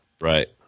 Right